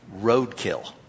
roadkill